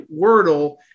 Wordle